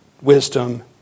wisdom